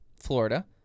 Florida